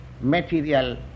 material